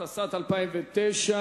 התשס"ט 2009?